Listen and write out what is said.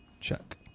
check